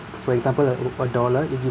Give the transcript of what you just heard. for example a dollar it